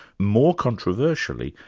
more controversially,